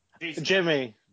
Jimmy